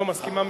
לא מסכימה,